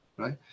right